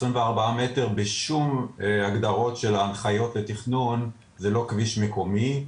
24 מטר בשום הגדרות של ההנחיות לתכנון זה לא כביש מקומי.